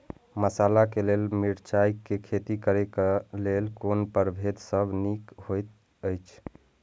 मसाला के लेल मिरचाई के खेती करे क लेल कोन परभेद सब निक होयत अछि?